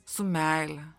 su meile